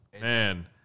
man